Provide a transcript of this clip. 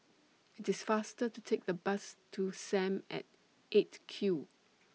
IT IS faster to Take The Bus to SAM At eight Q